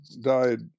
died